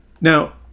Now